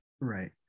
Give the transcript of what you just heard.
Right